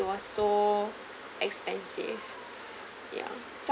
it was so expensive ya so